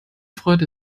freude